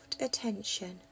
attention